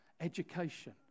education